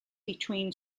between